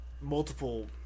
multiple